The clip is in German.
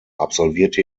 absolvierte